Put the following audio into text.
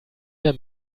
der